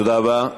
תודה רבה,